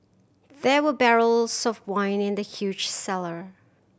there were barrels of wine in the huge cellar